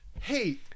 hey